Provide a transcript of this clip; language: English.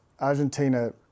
Argentina